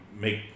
make